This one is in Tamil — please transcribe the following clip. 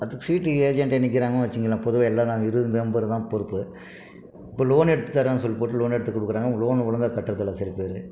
பத்து சீட்டு ஏஜென்டு நிற்கிறாங்கனு வைச்சிக்கோங்களன் பொதுவாக இருபது மெம்பர் தான் பொறுப்பு இப்போ லோன் எடுத்து தரோம்ன்னு சொல்லிவிட்டு லோன் எடுத்து கொடுக்குறாங்க லோன் ஒழுங்கா கட்டுறதில்ல சில பேர்